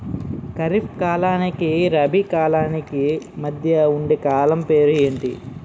ఖరిఫ్ కాలానికి రబీ కాలానికి మధ్య ఉండే కాలం పేరు ఏమిటి?